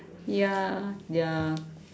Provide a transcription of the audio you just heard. ya ya